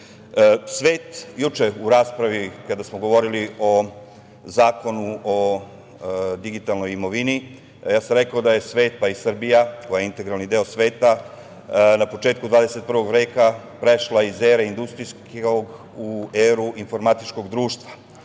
najskuplje. Juče u raspravi kada smo govorili o Zakonu o digitalnoj imovini, rekao sam da je svet, pa i Srbija, koja je integralni deo sveta, na početku 21. veka prešla iz ere industrijskog u eru informatičkog društva,